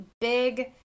big